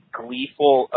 gleeful